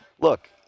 look